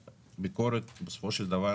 הביקורת בסופו של דבר